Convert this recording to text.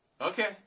Okay